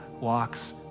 walks